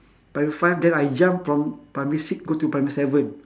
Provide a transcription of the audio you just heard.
primary five then I jump from primary six go to primary seven